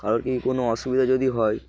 কারোর কি কোনো অসুবিধা যদি হয়